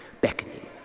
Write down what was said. beckoning